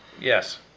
yes